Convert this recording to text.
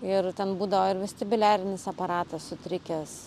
ir ten būdavo ir vestibuliarinis aparatas sutrikęs